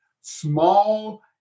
small